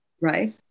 Right